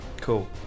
Cool